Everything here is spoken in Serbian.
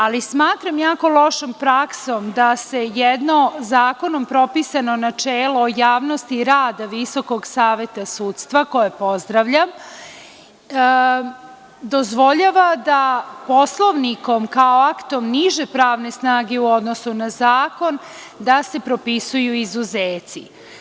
Ali smatram jako lošom praksom da se jedno, zakonom propisano načelo o javnosti rada Visokog saveta sudstva, koje pozdravljam, dozvoljava da Poslovnikom, kao aktom niže pravne snage u odnosu na Zakon, da se propisuju izuzeci.